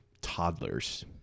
toddlers